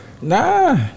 Nah